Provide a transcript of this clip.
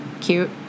cute